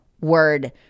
word